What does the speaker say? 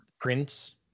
Prince